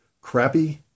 crappy